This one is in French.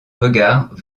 regard